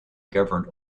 governed